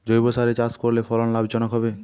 জৈবসারে চাষ করলে ফলন লাভজনক হবে?